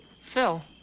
Phil